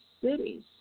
cities